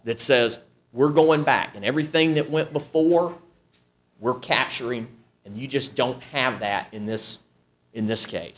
that says we're going back on everything that went before we're capturing and you just don't have that in this in this case